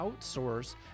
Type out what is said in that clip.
outsource